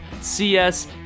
CS